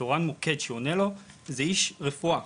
תורן המוקד שעונה לו הוא איש רפואה,